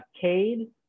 Cade